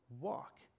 walk